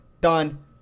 done